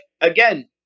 again